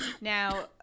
Now